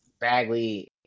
Bagley